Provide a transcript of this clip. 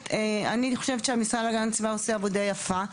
אני חושבת שהמשרד להגנת הסביבה עושה עבודה יפה,